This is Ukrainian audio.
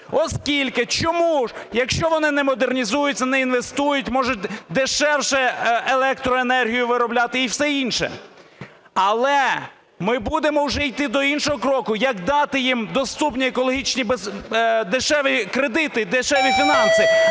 оскільки... Чому? Якщо вони не модернізуються, не інвестують, можуть дешевше електроенергію виробляти і все інше. Але ми будемо вже йти до іншого кроку, як дати їм доступні екологічні дешеві кредити і дешеві фінанси.